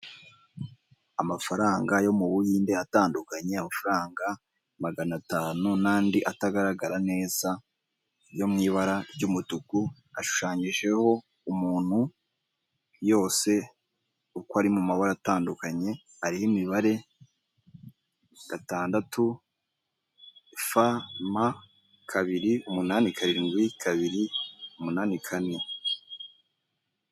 Amafaranga yo mu Buhinde atandukanye, amafaranga magana atanu, n'andi atagaragara neza yo mu ibara ry'umutuku, ashushanyijeho umuntu, yose uko ari mu mabara atandukanye, arimo imibare gatandatu, fa, ma, kabiri, umunani, karindwi, kabiri, umunani, kane.